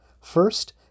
First